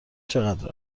چقدر